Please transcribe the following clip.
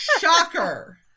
shocker